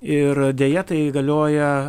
ir deja tai galioja